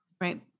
Right